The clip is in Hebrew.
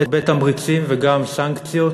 הרבה תמריצים וגם סנקציות,